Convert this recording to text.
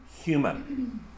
human